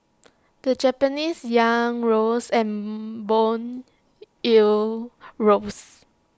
the Japanese Yen rose and Bond yields rose